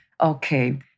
Okay